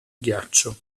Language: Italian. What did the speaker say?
ghiaccio